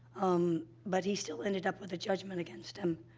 um, but he still ended up with a judgment against him.